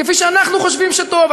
כפי שאנחנו חושבים שטוב.